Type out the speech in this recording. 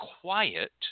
quiet